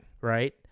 right